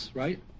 right